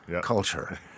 culture